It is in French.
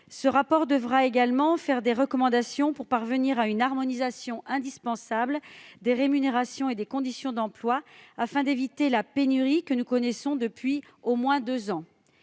Ce rapport devra également comporter des recommandations pour parvenir à une harmonisation indispensable des rémunérations et des conditions d'emploi et éviter la pénurie que nous connaissons depuis au moins deux ans.